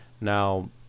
now